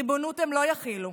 ריבונות הם לא יחילו,